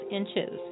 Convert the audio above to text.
inches